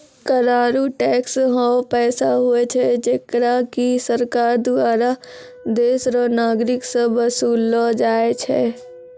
कर आरू टैक्स हौ पैसा हुवै छै जेकरा की सरकार दुआरा देस रो नागरिक सं बसूल लो जाय छै